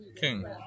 king